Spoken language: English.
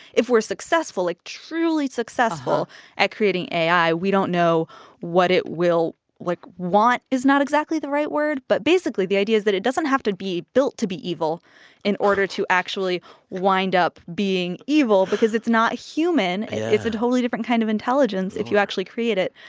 if we're successful, like, truly successful at creating ai, we don't know what it will, like, want is not exactly the right word. but basically, the idea is that it doesn't have to be built to be evil in order to actually wind up being evil because it's not human. it's a totally different kind of intelligence if you actually create it.